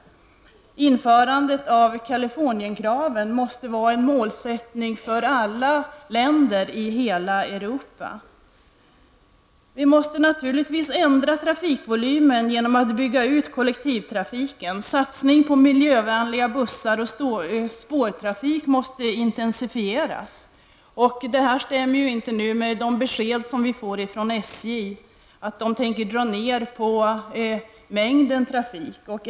Införandet av Karlifornienkraven måste bli en målsättning för alla länder i hela Europa. Vi måste naturligtvis ändra trafikvolymen genom att bygga ut kollektivtrafiken. Satsning på miljövänliga bussar och spårtrafik måste intensifieras. Detta är inte förenligt med de besked som har kommit från SJ, att man tänker dra ned på mängden trafik.